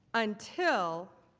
until